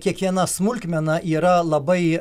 kiekviena smulkmena yra labai